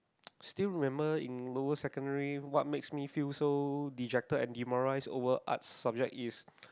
still remember in lower secondary what makes me feel so dejected and demoralize over art subject is